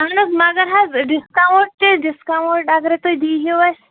اہن حظ مگر حظ ڈِسکاوُنٛٹ تہِ ڈِسکاوُنٛٹ اگَرَے تُہۍ دیٖہِو اَسہِ